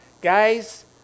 Guys